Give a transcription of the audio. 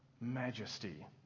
majesty